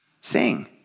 Sing